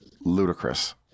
ludicrous